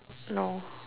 no